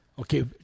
Okay